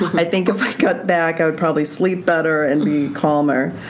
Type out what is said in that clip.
i think if i cut back i would probably sleep better and be calmer.